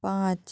পাঁচ